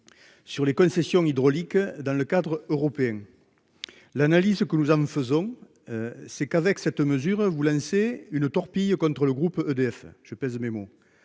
Sur les concessions hydrauliques dans le cadre européen. L'analyse que nous en faisons. C'est qu'avec cette mesure vous lancer une torpille contre le groupe EDF, je pèse mes mots.